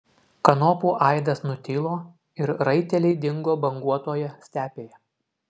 kanopų aidas nutilo ir raiteliai dingo banguotoje stepėje